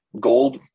gold